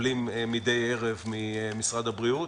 מקבלים מידי ערב ממשרד הבריאות,